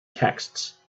texts